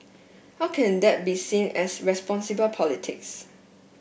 how can that be seen as responsible politics